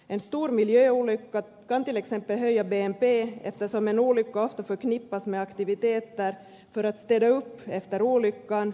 en stor miljöolycka kan till exempel höja bnp eftersom en olycka ofta förknippas med aktiviteter för att städa upp efter olyckan